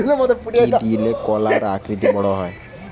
কি দিলে কলা আকৃতিতে বড় হবে?